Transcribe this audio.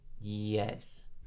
Yes